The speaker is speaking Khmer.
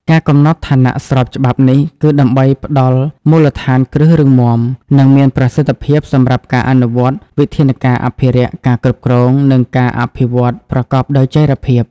ការកំណត់ឋានៈស្របច្បាប់នេះ គឺដើម្បីផ្តល់មូលដ្ឋានគ្រឹះរឹងមាំ និងមានប្រសិទ្ធភាពសម្រាប់ការអនុវត្តវិធានការអភិរក្ស ការគ្រប់គ្រង និងការអភិវឌ្ឍប្រកបដោយចីរភាព។